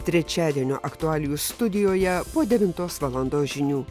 trečiadienio aktualijų studijoje po devintos valandos žinių